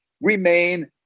Remain